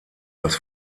dass